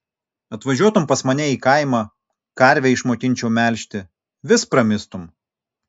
atvažiuotum pas mane į kaimą karvę išmokinčiau melžti vis pramistum